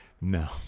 No